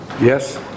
Yes